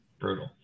Brutal